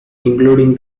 including